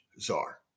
czar